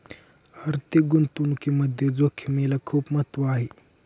आर्थिक गुंतवणुकीमध्ये जोखिमेला खूप महत्त्व आहे